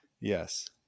yes